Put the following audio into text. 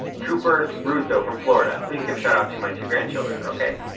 cooper roosdow from florida, please give a shout-out to my two grandchildren. okay,